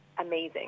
amazing